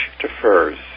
defers